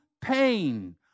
pain